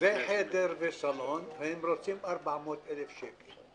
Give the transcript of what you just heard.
זה חדר שינה וסלון והם רוצים עבור זה 400,000 שקל.